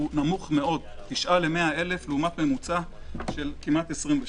הוא נמוך מאוד 9 ל-100,000 לעומת ממוצע של כמעט 22,